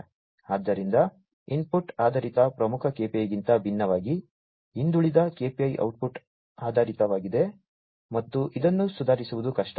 ಆದ್ದರಿಂದ ಇನ್ಪುಟ್ ಆಧಾರಿತ ಪ್ರಮುಖ KPIಗಿಂತ ಭಿನ್ನವಾಗಿ ಹಿಂದುಳಿದ KPI ಔಟ್ಪುಟ್ ಆಧಾರಿತವಾಗಿದೆ ಮತ್ತು ಇದನ್ನು ಸುಧಾರಿಸುವುದು ಕಷ್ಟ